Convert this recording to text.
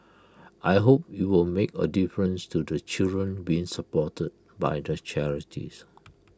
I hope IT will make A difference to the children being supported by the charities